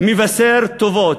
מבשר טובות.